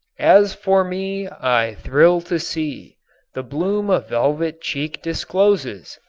as for me, i thrill to see the bloom a velvet cheek discloses!